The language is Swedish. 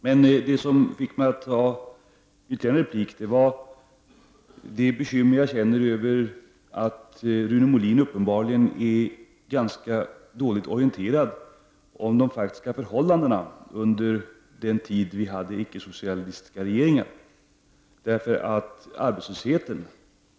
Men det som fick mig att begära ytterligare en replik var det bekymmer jag känner över att Rune Molin uppenbarligen är ganska dåligt orienterad om de faktiska förhållandena under den tid då vi hade icke-socialistiska regeringar.